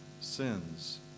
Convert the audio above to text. sins